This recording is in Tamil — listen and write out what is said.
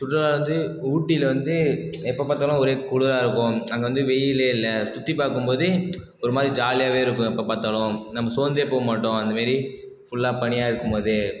சுற்றுலா வந்து ஊட்டியில் வந்து எப்போ பார்த்தாலும் ஒரே குளிராக இருக்கும் அங்கே வந்து வெயிலே இல்லை சுற்றிப் பார்க்கும் போதே ஒரு மாதிரி ஜாலியாகவே இருக்கும் எப்போ பார்த்தாலும் நம்ப சோர்ந்தே போக மாட்டோம் அந்த மாரி ஃபுல்லாக பனியாக இருக்கும் போது